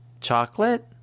chocolate